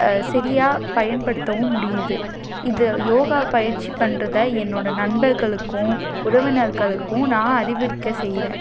சரியாக பயன்படுத்தவும் முடியுது இதை யோகா பயிற்சி பண்றதை என்னோடய நண்பர்களுக்கும் உறவினர்களுக்கும் நான் அறிவிறுக்கை செய்கிறன்